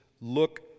look